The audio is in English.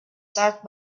start